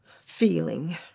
feeling